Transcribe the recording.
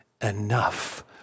enough